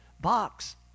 box